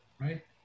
right